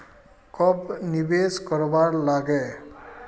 कब निवेश करवार लागे?